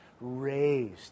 raised